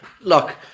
Look